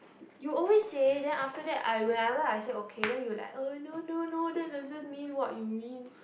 you always say then after that I whenever I say okay then you like oh no no no that doesn't mean what you mean